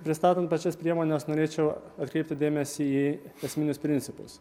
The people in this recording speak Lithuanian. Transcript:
pristatant pačias priemones norėčiau atkreipti dėmesį į esminius principus